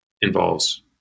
involves